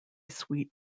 sweet